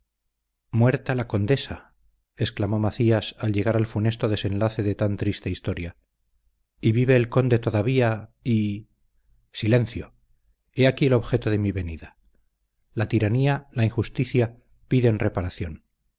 muerta la condesa exclamó macías al llegar al funesto desenlace de tan triste historia y vive el conde todavía y silencio he aquí el objeto de mi venida la tiranía la injusticia piden reparación